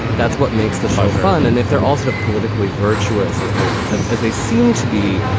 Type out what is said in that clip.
that's what makes the show fun. and if they're all sort of politically virtuous as they're as they seem to be,